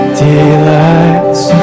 delights